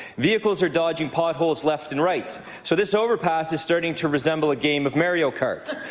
vehicles are dodging potholes left and right. so this overpass is starting to resemble a game of mario cart.